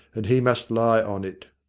and he must lie on it.